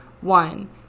One